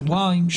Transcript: שבועיים,